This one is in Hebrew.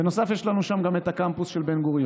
בנוסף יש לנו שם גם את הקמפוס של בן-גוריון,